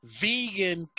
vegan